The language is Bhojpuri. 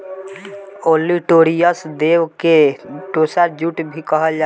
ओलीटोरियस देव के टोसा जूट भी कहल जाला